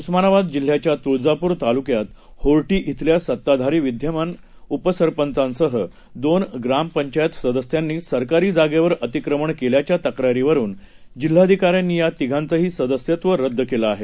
उस्मानाबादजिल्ह्याच्यातुळजापुरतालुक्यातहोर्टीश्रेल्यासत्ताधारीविद्यमानउपसरपंचासहदोनग्रामपंचायतसदस्यांनीसरकारीजागे वरअतिक्रमणकेल्याच्यातक्रारीवरूनजिल्हाधिकाऱ्यांनीयातिघांचंहीसदस्यत्वरद्दकेलंआहे